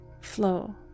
flow